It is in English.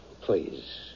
please